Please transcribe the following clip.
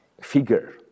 figure